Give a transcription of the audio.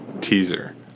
teaser